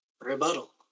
Rebuttal